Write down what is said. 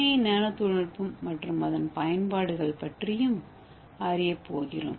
ஏ nano தொழில்நுட்பம் மற்றும் அதன் பயன்பாடுகள் பற்றியும் அறியப் போகிறோம்